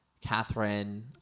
Catherine